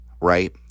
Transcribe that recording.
right